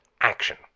action